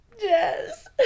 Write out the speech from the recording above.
Yes